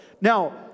Now